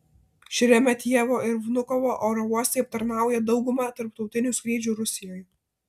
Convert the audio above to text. šeremetjevo ir vnukovo oro uostai aptarnauja daugumą tarptautinių skrydžių rusijoje